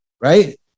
right